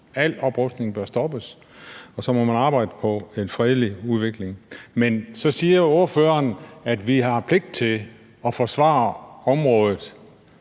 Al oprustning bør stoppes, og så må man arbejde på en fredelig udvikling. Men så siger ordføreren, at vi har pligt til at forsvare området.